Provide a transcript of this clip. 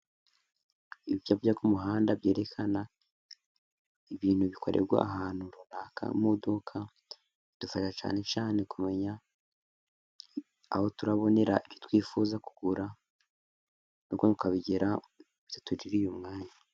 Ibyapa byo k'umuhanda byerekana ibintu bikorerwa ahantu runaka, mu iduka bidufasha cyane cyane kumenya aho turabonera, ibyo twifuza kugura tukabibona bitatuririye umwanya.